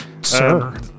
Sir